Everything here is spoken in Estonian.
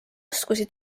oskusi